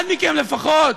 אחד מכם לפחות,